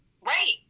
Right